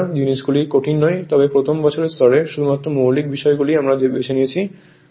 জিনিসগুলি কঠিন নয় তবে প্রথম বছরের স্তরে শুধুমাত্র মৌলিক বিষয় গুলি আমরা বেছে নিয়েছি